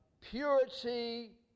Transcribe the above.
purity